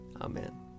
Amen